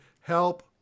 help